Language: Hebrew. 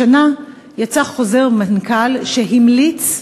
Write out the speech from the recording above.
השנה יצא חוזר מנכ"ל שהמליץ,